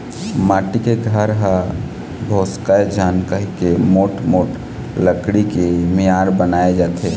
माटी के घर ह भोसकय झन कहिके मोठ मोठ लकड़ी के मियार बनाए जाथे